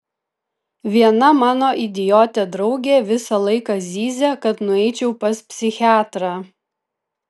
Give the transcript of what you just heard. viena mano idiotė draugė visą laiką zyzia kad nueičiau pas psichiatrą